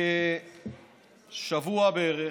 כשבוע בערך,